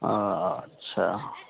ओ अच्छा